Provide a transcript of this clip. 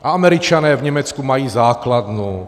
A Američané v Německu mají základnu.